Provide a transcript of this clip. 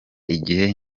igihe